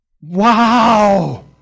wow